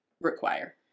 require